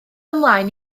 ymlaen